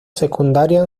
secundaria